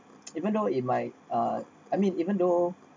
even though it might uh I mean even though